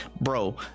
bro